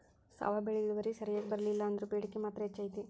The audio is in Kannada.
ಸಾವೆ ಬೆಳಿ ಇಳುವರಿ ಸರಿಯಾಗಿ ಬರ್ಲಿಲ್ಲಾ ಅಂದ್ರು ಬೇಡಿಕೆ ಮಾತ್ರ ಹೆಚೈತಿ